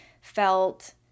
felt